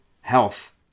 Health